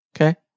Okay